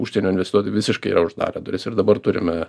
užsienio investuotojai visiškai uždarę duris ir dabar turime